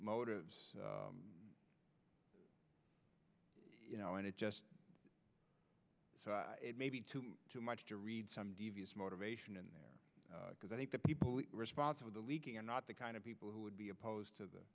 motives you know and it just so i it may be too much to read some devious motivation in there because i think the people responsible the leaking are not the kind of people who would be opposed to the